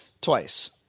Twice